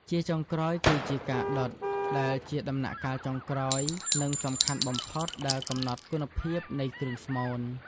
ជាចុងក្រោយគឺជាការដុត ដែលជាដំណាក់កាលចុងក្រោយ និងសំខាន់បំផុតដែលកំណត់គុណភាពនៃគ្រឿងស្មូន។